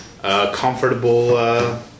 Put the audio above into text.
comfortable